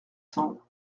cents